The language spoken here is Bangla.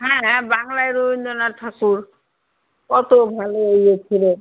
হ্যাঁ হ্যাঁ বাংলায় ররীন্দ্রনাথ ঠাকুর কতো ভালো ইয়ে ছিলো